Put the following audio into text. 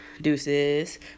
Deuces